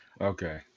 okay